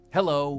Hello